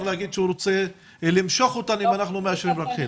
להגיד שהוא רוצה למשוך אותן אם אנחנו מאשרים רק חלק.